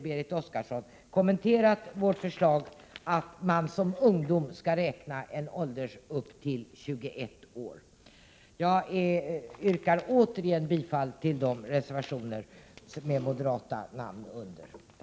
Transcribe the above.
Berit Oscarsson har inte kommenterat vårt förslag om att man som ungdom skall räkna personer upp till 21 års ålder. Jag yrkar igen bifall till de reservationer där moderata namn finns med.